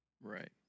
Right